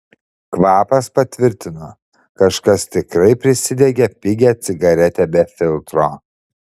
kvapas patvirtino kažkas tikrai prisidegė pigią cigaretę be filtro